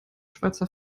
schweizer